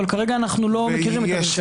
כרגע אנו לא מכירים את זה.